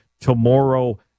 tomorrow